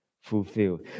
fulfilled